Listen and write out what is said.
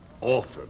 Often